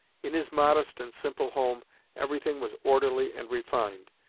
in his modest and simple home everything was orderly and refined,